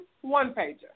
one-pager